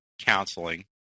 counseling